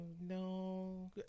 no